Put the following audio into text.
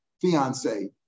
fiance